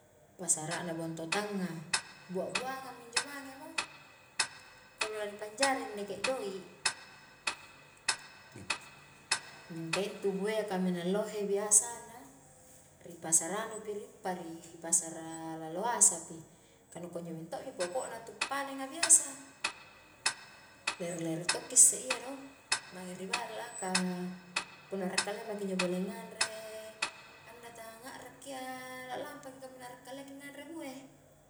Pasara na bontotanga, buabuangangang mi injo mange mo, kanu lani panjari ndeke doik mingka intu bue a kaminang lohe biasana ri pasara anumi ri uppa ri pasara laloasa pi, kanu kunjo minto pokokna tu paneng a biasa lere-lere tokki isse iya do mage ri balla a, ka punna akrak kalia maki injo pole ngangre, anda tang akraki iya la lampaki ka punna akrak kaliaki nganre bue.